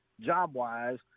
Job-wise